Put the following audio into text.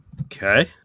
Okay